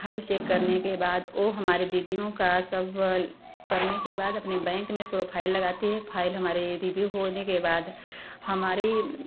file check करने के बाद वह हमारे दीदीयों का सवाल करने के बाद अपने बैंक में प्रोफाइल लगाती है फाइल हमारी दीदीयों को होने के बाद हमारी